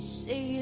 say